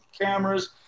cameras